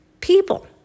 people